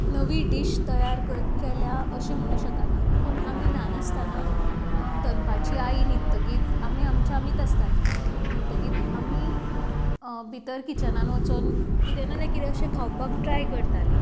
नवी डीश तयार केल्या अशी म्हणूंक शकना पूण आमी ल्हान आसतना दनपारची आई न्हिदतकीच आमी आमचे आमीच आसतालीं म्हणटकीच आमी भितर किचनांत वचून कितें ना जाल्यार कितें अशें खावपाक ट्राय करतालीं